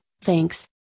thanks